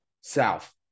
South